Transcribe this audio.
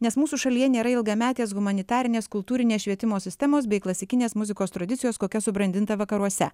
nes mūsų šalyje nėra ilgametės humanitarinės kultūrinės švietimo sistemos bei klasikinės muzikos tradicijos kokia subrandinta vakaruose